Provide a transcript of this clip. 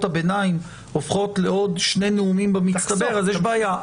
הביניים הופכות לעוד שני נאומים במצטבר אז יש בעיה,